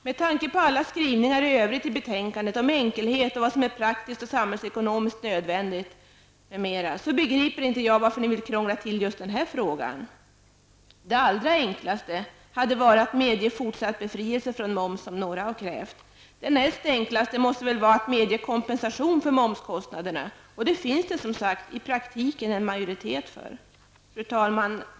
Med tanke på alla skrivningar i övrigt i betänkandet om enkelhet och vad som är praktiskt och samhällsekonomiskt nödvändigt m.m. begriper jag inte varför ni vill krångla till just denna fråga. Det allra enklaste hade varit att medge fortsatt befrielse från moms, som några har krävt. Det näst enklaste måste vara att medge kompensation för momskostnaderna, och det finns det som sagt i praktiken en majoritet för. Fru talman!